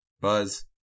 Buzz